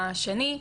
השני,